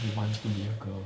he wants to be a girl